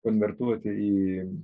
konvertuoti į